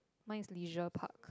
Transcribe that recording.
mine is leisure park